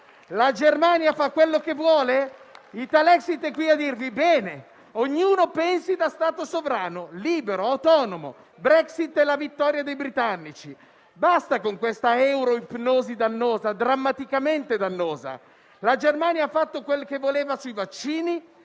La Germania fa quello che vuole? Italexit è qui a dirvi: bene, ognuno pensi da Stato sovrano, libero e autonomo. Brexit è la vittoria dei britannici. Basta con questa euroipnosi dannosa, drammaticamente dannosa. La Germania ha fatto quello che voleva sui vaccini